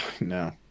No